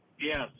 Yes